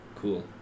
Cool